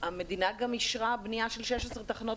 המדינה גם אישרה בנייה של 16 תחנות